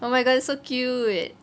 oh my god that's so cute